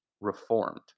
reformed